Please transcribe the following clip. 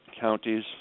counties